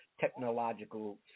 technological